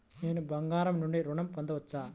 నేను బంగారం నుండి ఋణం పొందవచ్చా?